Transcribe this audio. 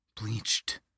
bleached